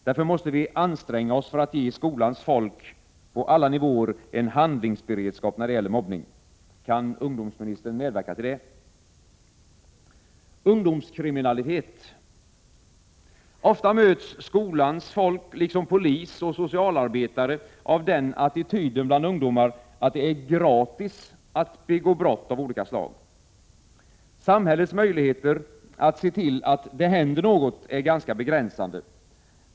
Därför måste vi anstränga oss för att ge skolans folk på alla nivåer en handlingsberedskap när det gäller mobbning. Ofta möts skolans folk, liksom polis och socialarbetare, av den attityden bland ungdomar att det är ”gratis” att begå brott av olika slag. Samhällets möjligheter att se till att ”det händer något” är ganska begränsade.